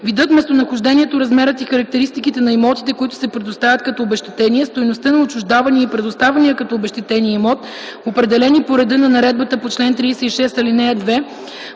видът, местонахождението, размерът и характеристиките на имотите, които се предоставят като обезщетение, стойността на отчуждавания и предоставения като обезщетение имот, определени по реда на наредбата по чл. 36, ал. 2